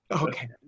Okay